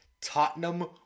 Tottenham